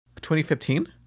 2015